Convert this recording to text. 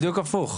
בדיוק הפוך.